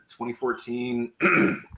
2014